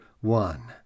one